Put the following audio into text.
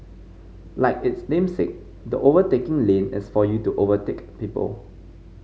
like its namesake the overtaking lane is for you to overtake people